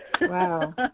Wow